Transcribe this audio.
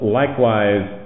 likewise